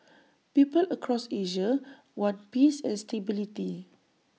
people across Asia want peace and stability